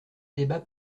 débat